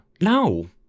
no